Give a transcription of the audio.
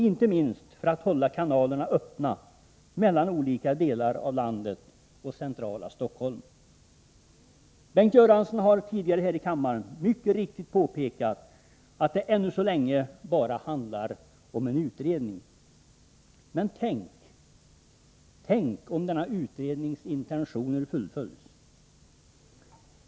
Inte minst för att hålla kanalerna öppna mellan olika delar av landet och centrala Stockholm. Bengt Göransson har tidigare här i kammaren mycket riktigt påpekat att det ännu så länge bara handlar om en utredning. Men tänk om utredningens intentioner fullföljs!